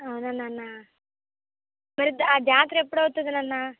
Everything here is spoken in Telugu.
అవునా నాన్న మరి ద ఆ జాతర ఎప్పుడు అవుతుంది నాన్న